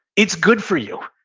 it's good for you.